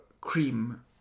cream